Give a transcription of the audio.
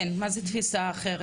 מה זאת תפיסה אחרת?